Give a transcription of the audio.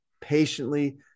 patiently